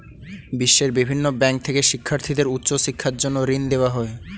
বিশ্বের বিভিন্ন ব্যাংক থেকে শিক্ষার্থীদের উচ্চ শিক্ষার জন্য ঋণ দেওয়া হয়